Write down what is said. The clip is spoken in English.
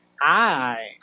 Hi